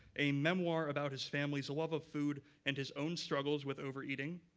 a memoir about his family's love of food and his own struggles with overeating,